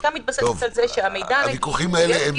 החקיקה מתבססת על זה שהמידע שמגיע,